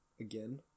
again